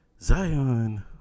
Zion